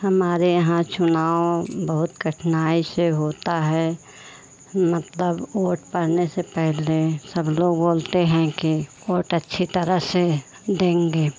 हमारे यहाँ चुनाव बहुत कठनाई से होता है मतलब वोट पड़ने से पहले सब लोग बोलते हैं कि वोट अच्छी तरह से देंगे